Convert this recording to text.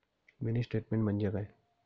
Mini statement म्हणजे काय?